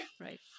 right